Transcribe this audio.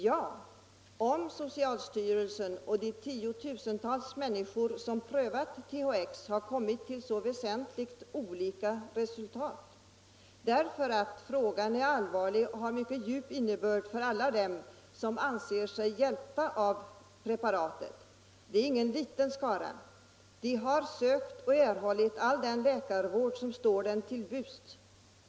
Ja — om socialstyrelsen och de tiotusentals människor som prövat THX har kommit till så väsentligt olika resultat. Frågan är allvarlig och har mycket djup innebörd för alla dem som anser sig hjälpta av preparatet. Det är ingen liten skara. De har sökt och erhållit all den läkarvård som står dem till buds.